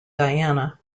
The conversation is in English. diana